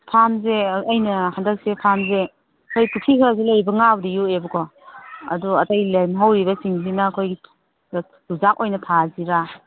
ꯐꯥꯝꯁꯦ ꯑꯩꯅ ꯍꯟꯗꯛꯁꯦ ꯐꯥꯝꯁꯦ ꯑꯩꯈꯣꯏ ꯄꯨꯈ꯭ꯔꯤꯒꯥꯁꯨ ꯂꯩ ꯑꯗꯨ ꯉꯥꯕꯨꯗꯤ ꯌꯣꯛꯑꯦꯕꯀꯣ ꯑꯗꯨ ꯑꯇꯩ ꯂꯦꯝꯍꯧꯔꯤꯕꯁꯤꯡꯁꯤꯅ ꯑꯩꯈꯣꯏ ꯆꯨꯖꯥꯛ ꯑꯣꯏꯅ ꯊꯥꯁꯤꯔꯥ